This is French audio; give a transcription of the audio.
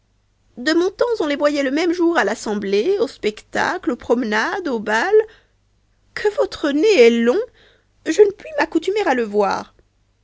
de mon temps on les voyait le même jour à l'assemblée aux spectacles aux promenades au bal que votre nez est long je ne puis m'accoutumer à le voir